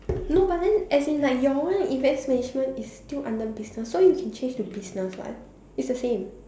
no but then as in like your one events management is still under business so you can change to business what it's the same